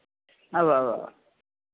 ഉവ്വ ഉവ്വ ഉവ്വ്